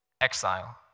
exile